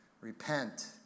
repent